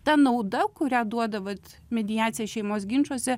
ta nauda kurią duoda vat mediacija šeimos ginčuose